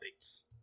updates